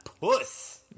puss